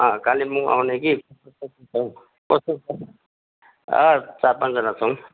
कालिम्पोङ आउने कि कस्तो छ चार पाँचजना छौँ